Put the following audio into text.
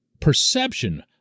perception